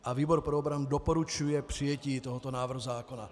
A výbor pro obranu doporučuje přijetí tohoto návrhu zákona.